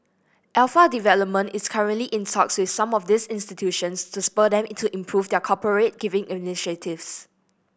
Alpha Development is currently in talks with some of these institutions to spur them to improve their corporate giving initiatives